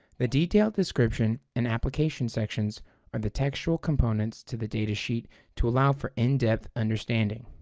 the detailed description and application sections are the textual components to the datasheet to allow for in-depth understanding.